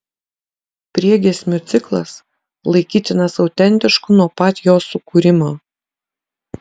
priegiesmių ciklas laikytinas autentišku nuo pat jo sukūrimo